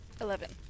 Eleven